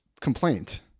complaint